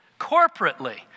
corporately